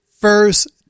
first